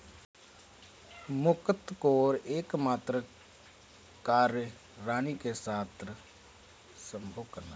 मुकत्कोर का एकमात्र कार्य रानी के साथ संभोग करना है